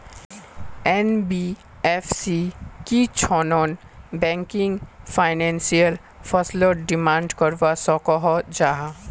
NBFC की छौ non banking financial फसलोत डिमांड करवा सकोहो जाहा?